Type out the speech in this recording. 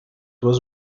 was